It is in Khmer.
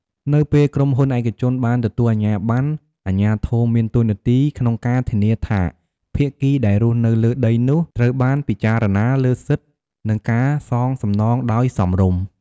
នៅពេលក្រុមហ៊ុនឯកជនបានទទួលអាជ្ញាបណ្ណ អាជ្ញាធរមានតួនាទីក្នុងការធានាថាភាគីដែលរស់នៅលើដីនោះត្រូវបានពិចារណាលើសិទ្ធិនិងការសងសំណងដោយសមរម្យ។